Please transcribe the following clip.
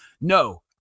no